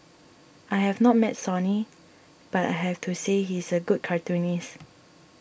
I have not met Sonny but I have to say he is a good cartoonist